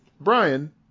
Brian